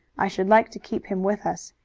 i should like to keep him with us.